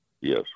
Yes